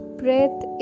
breath